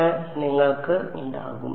അതിനാൽ നിങ്ങൾക്ക് ഉണ്ടാകും